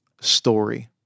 story